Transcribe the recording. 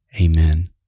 Amen